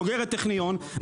בוגרת טכניון,